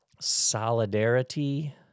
solidarity